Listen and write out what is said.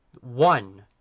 One